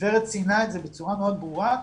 ורד ציינה את זה בצורה מאוד ברורה.